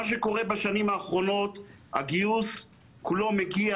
מה שקורה בשנים האחרונות הוא שהגיוס כולו מגיע